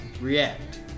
react